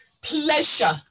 Pleasure